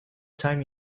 time